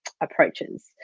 approaches